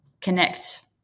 connect